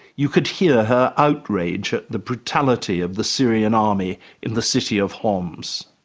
you could hear her outrage at the brutality of the syrian army in the city of homs.